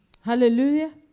Hallelujah